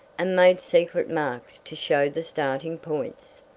and made secret marks to show the starting points.